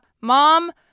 mom